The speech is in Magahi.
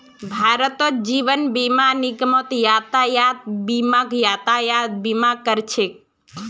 भारतत जीवन बीमा निगम यातायात बीमाक यातायात बीमा करा छेक